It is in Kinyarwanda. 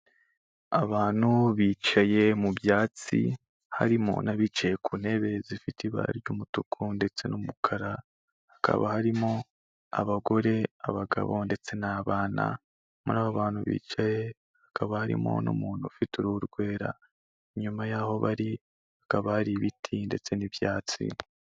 Abantu bicaye mu byatsi harimo n'abicaye ku ntebe zifite ibara ry'umutuku ndetse n'umukara, hakaba harimo abagore, abagabo ndetse n'abana. Muri abo bantu bicaye hakaba harimo n'umuntu ufite uruhu rwera, inyuma y'aho bari hakaba hari ibiti ndetse n'ibyatsi.